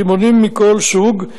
רימונים מכל סוג,